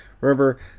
Remember